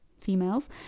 females